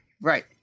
Right